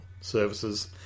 services